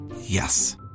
Yes